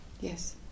Yes